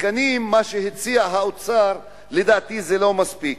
התקנים שהציע האוצר, לדעתי, זה לא מספיק.